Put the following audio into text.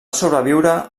sobreviure